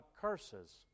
curses